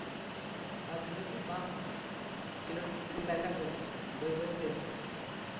ᱟᱨ ᱱᱤᱭᱟᱹ ᱠᱚ ᱵᱟᱢ ᱠᱷᱮᱞᱳᱰ ᱤᱫᱤ ᱞᱮᱠᱷᱟᱱ ᱫᱚ ᱵᱟᱹᱭᱼᱵᱟᱹᱭ ᱛᱮ